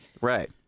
right